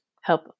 help